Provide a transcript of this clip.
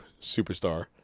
superstar